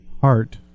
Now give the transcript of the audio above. heart